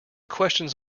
questions